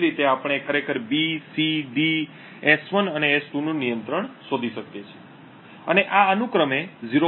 એ જ રીતે આપણે ખરેખર B C D S1 અને S2 નું નિયંત્રણ શોધી શકીએ છીએ અને આ અનુક્રમે 0